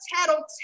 tattletale